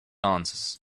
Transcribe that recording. answers